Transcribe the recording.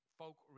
folk